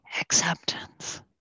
acceptance